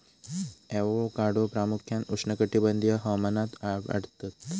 avocado प्रामुख्यान उष्णकटिबंधीय हवामानात वाढतत